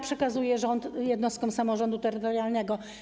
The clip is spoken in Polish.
przekazuje środki jednostkom samorządu terytorialnego.